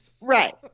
right